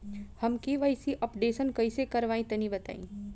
हम KYC updation कइसे करवाई तनि बताई?